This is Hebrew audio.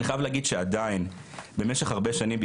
אבל אני חייב להגיד שעדיין במשך הרבה שנים,